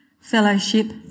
fellowship